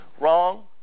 Wrong